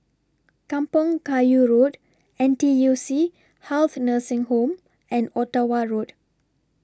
Kampong Kayu Road N T U C Health Nursing Home and Ottawa Road